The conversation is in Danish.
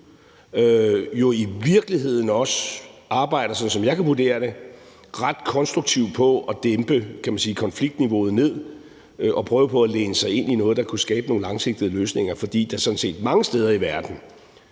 jo i virkeligheden også arbejder, sådan som jeg kan vurdere det, ret konstruktivt på at dæmpe, kan man sige, konfliktniveauet og prøve på at læne sig ind i noget, der kunne skabe nogle langsigtede løsninger. Det er, fordi der sådan set mange steder i verden